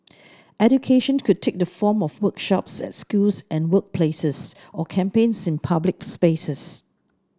education could take the form of workshops at schools and workplaces or campaigns in public spaces